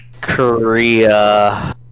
Korea